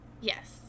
Yes